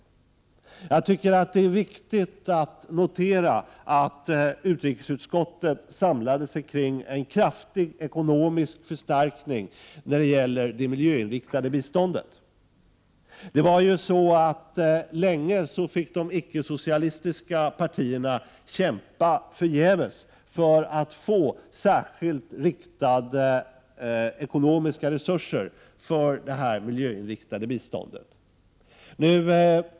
Det är viktigt — 19 april 1989 att notera att utrikesutskottet samlat sig kring en kraftig ekonomisk förstärkning när det gäller det miljöinriktade biståndet. Länge fick de icke-socialistiska partierna kämpa förgäves för att få särskilt riktade ekonomiska resurser för det miljöinriktade biståndet.